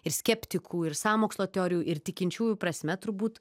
ir skeptikų ir sąmokslo teorijų ir tikinčiųjų prasme turbūt